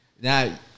now